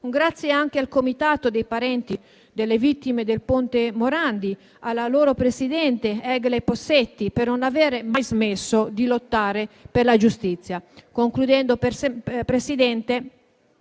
Un grazie anche al comitato dei parenti delle vittime del ponte Morandi, alla loro presidente, Egle Possetti, per non avere mai smesso di lottare per la giustizia.